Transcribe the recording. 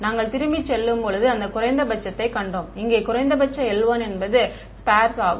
நாங்கள் திரும்பிச் செல்லும்போது அந்த குறைந்தபட்சத்தைக் கண்டோம் இங்கே குறைந்தபட்ச l1 என்பது ஸ்பெர்ஸ் ஆகும்